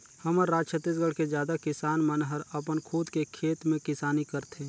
हमर राज छत्तीसगढ़ के जादा किसान मन हर अपन खुद के खेत में किसानी करथे